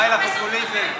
די לפופוליזם.